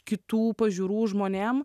kitų pažiūrų žmonėm